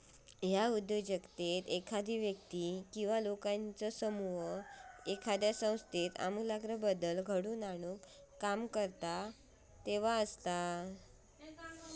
ह्या उद्योजकता एखादो व्यक्ती किंवा लोकांचो समूह एखाद्यो संस्थेत आमूलाग्र बदल घडवून आणुक काम करता तेव्हा असता